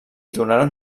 donaren